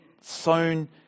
sown